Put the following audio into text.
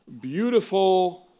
beautiful